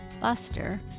Buster